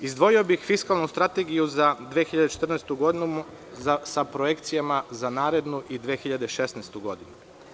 Izdvojio bih fiskalnu strategiju za 2014. godinu sa projekcijama za narednu i 2016. godinu.